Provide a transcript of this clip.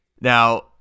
Now